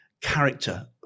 character